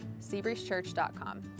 seabreezechurch.com